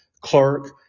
clerk